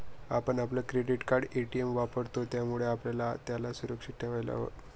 आपण आपलं credit card, ATM वापरतो, त्यामुळे आपल्याला त्याला सुरक्षित ठेवायला हव